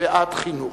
ועד לחינוך.